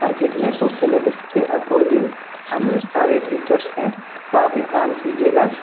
market में तो syllabus के अकॉर्डिंग हम सारे टीचर्स हैं तो आप एक काम कीजिएगा आप